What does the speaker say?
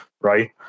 right